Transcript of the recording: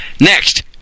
Next